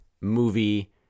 movie